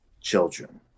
children